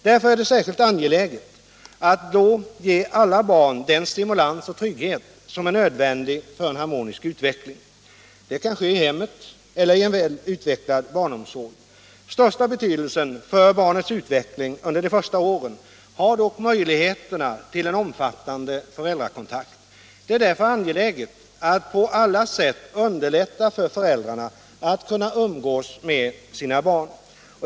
Därför är det särskilt angeläget att då ge alla barn den sti — en, m.m. mulans och trygghet som är nödvändig för en harmonisk utveckling. Det kan ske i hemmet eller i en väl utvecklad barnomsorg. Den största betydelsen för barnets utveckling under de första åren har dock möjligheterna till en omfattande föräldrakontakt. Det är därför angeläget att på alla sätt underlätta för föräldrarna att umgås med sina barn.